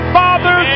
father